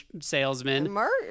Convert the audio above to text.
salesman